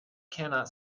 cannot